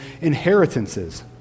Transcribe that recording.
inheritances